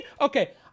Okay